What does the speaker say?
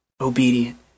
obedient